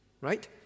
right